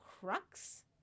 crux